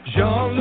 Jean